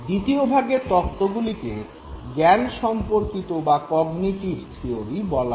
দ্বিতীয় ভাগের তত্ত্বগুলিকে জ্ঞান সম্পর্কিত বা কগনিটিভ থিয়োরি বলা হয়